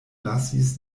lasis